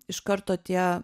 iš karto tie